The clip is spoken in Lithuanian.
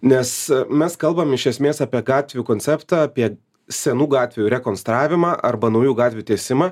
nes mes kalbam iš esmės apie gatvių konceptą apie senų gatvių rekonstravimą arba naujų gatvių tiesimą